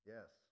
Yes